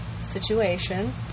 situation